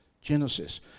Genesis